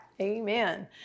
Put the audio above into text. Amen